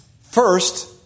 First